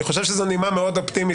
אני חושב שזו נימה מאוד אופטימית,